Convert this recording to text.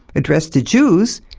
addressed to jews,